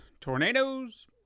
tornadoes